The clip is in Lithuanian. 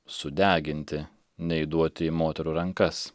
sudeginti nei duoti į moterų rankas